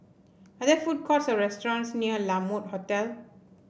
are there food courts or restaurants near La Mode Hotel